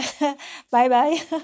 Bye-bye